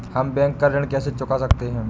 हम बैंक का ऋण कैसे चुका सकते हैं?